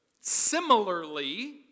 Similarly